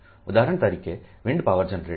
ઉદાહરણ તરીકે wind power generator